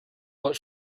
what